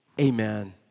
Amen